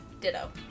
Ditto